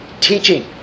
Teaching